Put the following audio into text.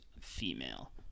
female